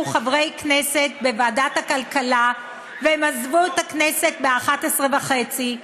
חברי כנסת בוועדת הכלכלה והם עזבו את הכנסת ב-23:30.